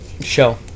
show